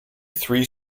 three